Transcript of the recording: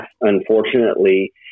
unfortunately